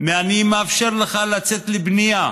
ואני מאפשר לך לצאת לבנייה,